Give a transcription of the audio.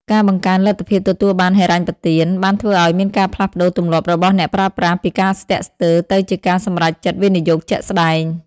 ការបង្កើនលទ្ធភាពទទួលបានហិរញ្ញប្បទាន បានធ្វើឱ្យមានការផ្លាស់ប្ដូរទម្លាប់របស់អ្នកប្រើប្រាស់ពីការស្ទាក់ស្ទើរទៅជាការសម្រេចចិត្តវិនិយោគជាក់ស្ដែង។